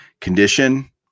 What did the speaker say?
condition